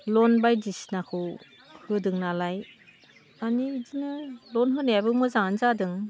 ल'न बायदिसिनाखौ होदों नालाय माने बिदिनो ल'न होनायाबो मोजाङानो जादों